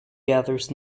gathers